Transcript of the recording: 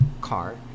car